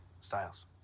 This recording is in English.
Styles